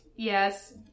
Yes